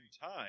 time